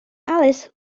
alice